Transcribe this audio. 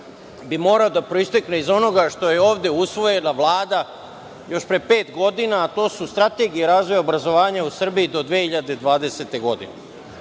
bi morao da proistekne iz onoga što je ovde usvojila Vlada još pre pet godina, a to su strategija razvoja obrazovanja u Srbiji do 2020. godine.